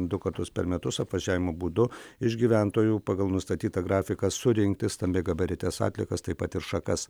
du kartus per metus apvažiavimo būdu iš gyventojų pagal nustatytą grafiką surinkti stambiagabarites atliekas taip pat ir šakas